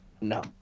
No